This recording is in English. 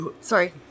sorry